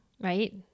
right